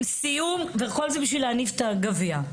הטקס וכל זה בשביל להניף את הגביע.